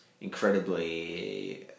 incredibly